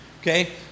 okay